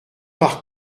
par